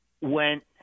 went